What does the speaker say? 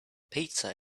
pizza